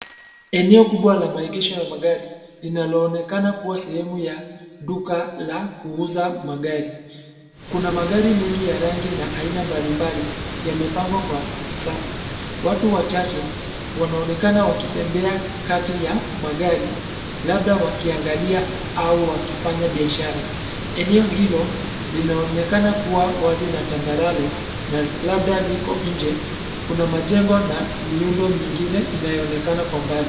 Eneo kubwa la maegesho ya magari linaloonekana kuwa sehemu ya duka la kuuza magari. Kuna magari mengi ya rangi na aina mbalimbali yamepangwa kwa safu. Watu wachache wanaonekana wakitembea kati ya magari labda wakiangalia au wakifanya biashara. Eneo hilo linaonekana kuwa wazi na tambarare na labda liko nje. Kuna majengo na miundo mingine inayoonekana kwa mbali.